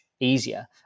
Easier